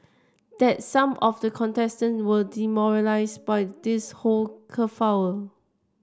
that some of the contestant were demoralised by this whole kerfuffle